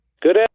Good